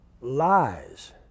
lies